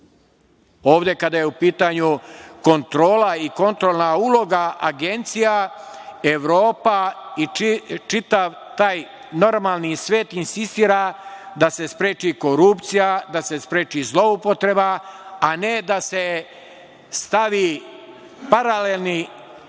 kada je u pitanju kontrola i kontrolna uloga agencija, Evropa i čitav taj normalni svet insistira da se spreči korupcija, da se spreči zloupotreba, a ne da se stavi paralelni